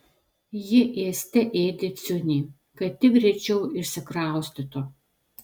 ji ėste ėdė ciunį kad tik greičiau išsikraustytų